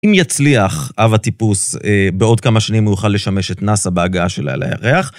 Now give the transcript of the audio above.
אם יצליח, אב הטיפוס, בעוד כמה שנים הוא יוכל לשמש את נאסא בהגעה שלה לירח...